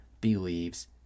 believes